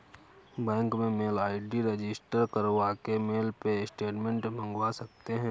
bank में mail ID register करवा के मेल पे स्टेटमेंट मंगवा सकते है